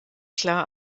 klar